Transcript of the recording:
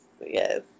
yes